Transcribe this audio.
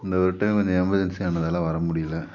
இந்த ஒரு டைம் கொஞ்சம் எமர்ஜென்சி ஆனதாலே வர முடியல